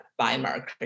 biomarker